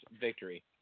victory